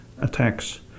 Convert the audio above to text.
attacks